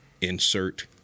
insert